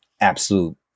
absolute